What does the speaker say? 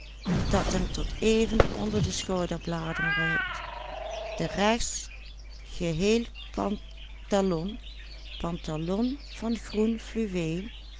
geheel pantalon pantalon van groen fluweel